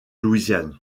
louisiane